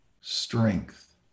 strength